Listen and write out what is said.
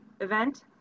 event